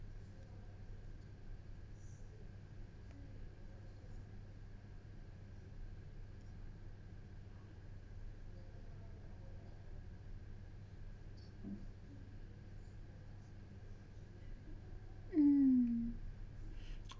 mm